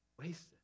wasted